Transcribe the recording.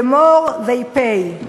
the more they pay"",